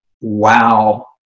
wow